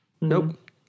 nope